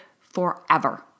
forever